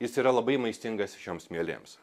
jis yra labai maistingas šioms mielėms